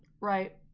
Right